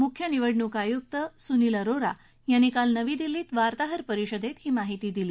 मुख्य निवडणूक आयुक्त सूनील अरोरा यांनी काल नवी दिल्लीत वार्ताहर परिषदेत ही माहिती दिली